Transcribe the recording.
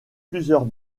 plusieurs